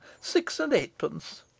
six-and-eightpence